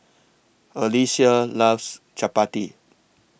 Alyssia loves Chappati